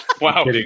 wow